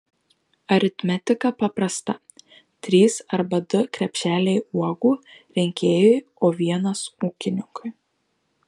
aritmetika paprasta trys arba du krepšeliai uogų rinkėjui o vienas ūkininkui